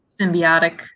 symbiotic